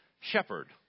shepherd